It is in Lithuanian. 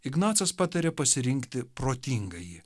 ignacas pataria pasirinkti protingąjį